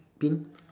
pin